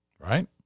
Right